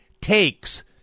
takes